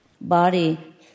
body